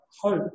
hope